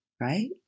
right